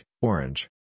Orange